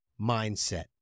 mindset